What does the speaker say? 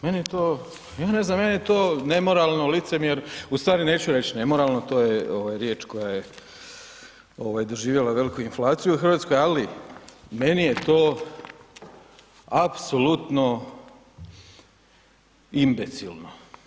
Meni je to, ja ne znam, meni je to nemoralno, licemjer, u stvari neću reći nemoralno, to je riječ koja je, ovaj, doživjela veliku inflaciju u Hrvatskoj, ali meni je to apsolutno imbecilno.